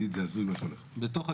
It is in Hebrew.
עידית, זה הזוי מה שהולך פה.